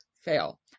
fail